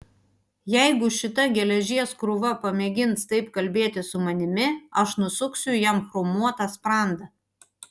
jeigu šita geležies krūva pamėgins taip kalbėti su manimi aš nusuksiu jam chromuotą sprandą